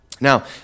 Now